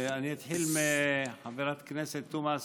אני אתחיל מחברת הכנסת תומא סלימאן.